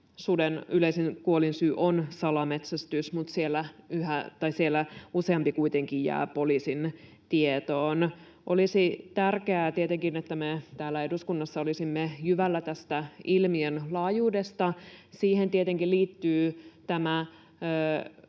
suden yleisin kuolinsyy on salametsästys, mutta siellä useampi kuitenkin jää poliisin tietoon. Olisi tietenkin tärkeää, että me täällä eduskunnassa olisimme jyvällä tästä ilmiön laajuudesta. Siihen tietenkin liittyy tämä